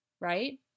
right